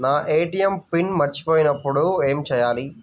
నా ATM pin మర్చిపోయినప్పుడు ఏమి చేయాలి?